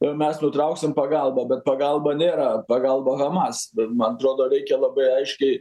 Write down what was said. ir mes nutrauksim pagalbą bet pagalba nėra pagalba hamas bet man atrodo reikia labai aiškiai